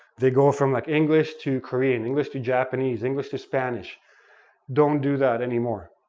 they go from like english to korean, english to japanese, english to spanish don't do that anymore,